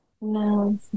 No